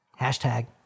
Hashtag